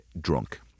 drunk